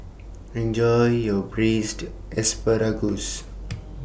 Enjoy your Braised Asparagus